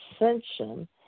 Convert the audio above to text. ascension